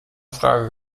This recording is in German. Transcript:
frage